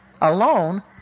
alone